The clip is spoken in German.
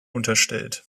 unterstellt